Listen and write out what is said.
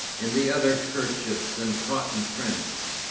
in the other kerchiefs and cotton prints.